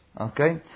okay